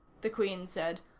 the queen said.